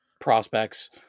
prospects